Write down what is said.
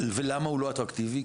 ולמה הוא לא אטרקטיבי?